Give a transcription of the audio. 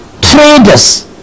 traders